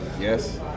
yes